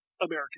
american